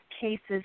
cases